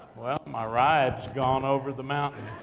well, my rides gone over the mountain,